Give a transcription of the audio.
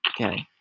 Okay